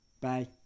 Bye